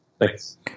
Thanks